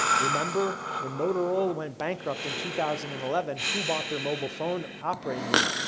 remember, when motorola went bankrupt in two thousand and eleven, who bought their mobile phone operating unit,